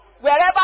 Wherever